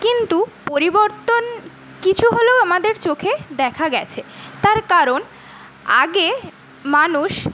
কিন্তু পরিবর্তন কিছু হলেও আমাদের চোখে দেখা গেছে তার কারণ আগে মানুষ